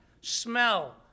smell